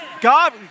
God